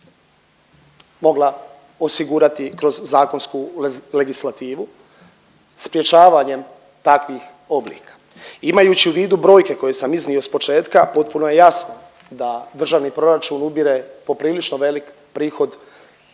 mogla osigurati kroz zakonsku legislativu sprječavanjem takvih objeda. Imajući u vidu brojke koje sam iznio s početka potpuno je jasno da državni proračun ubire poprilično velik prihod